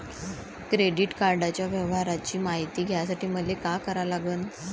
Credit कार्डाच्या व्यवहाराची मायती घ्यासाठी मले का करा लागन?